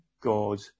God